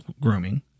grooming